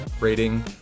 rating